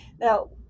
Now